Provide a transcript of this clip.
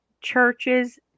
churches